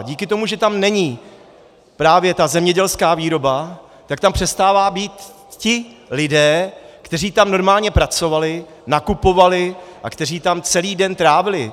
Díky tomu, že tam není právě zemědělská výroba, tak tam přestávají být ti lidé, kteří tam normálně pracovali, nakupovali a kteří tam celý den trávili.